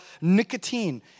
nicotine